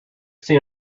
seen